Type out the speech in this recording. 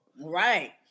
Right